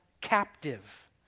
captive